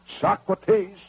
Socrates